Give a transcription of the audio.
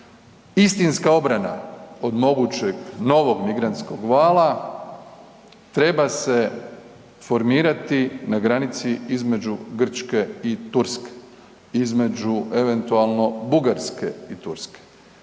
Istinska obrana od mogućeg novog migrantskog vala treba se formirati na granici između Grčke i Turske. Između eventualno Bugarske i Turske.